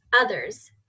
others